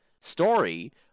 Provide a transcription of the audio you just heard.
story